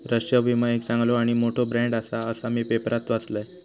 राष्ट्रीय विमा एक चांगलो आणि मोठो ब्रँड आसा, असा मी पेपरात वाचलंय